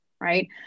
right